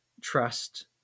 trust